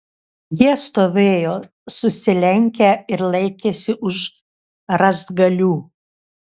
jie stovėjo susilenkę ir laikėsi už rąstgalių